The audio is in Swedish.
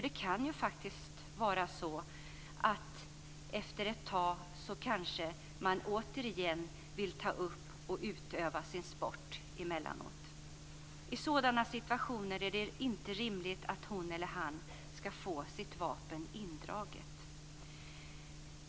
Det kan faktiskt vara så att man efter ett tag återigen vill ta upp och utöva sin sport emellanåt. I sådana situationer är det inte rimligt att hon eller han ska få sitt vapen indraget.